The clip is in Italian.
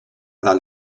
dal